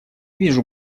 вижу